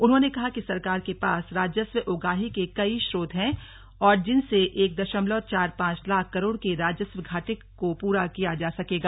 उन्होंने कहा कि सरकार के पास राजस्व उगाही के कई स्रोत हैं और जिनसे एक दशमलव चार पांच लाख करोड़ के राजस्व घाटे को पूरा किया जा सकेगा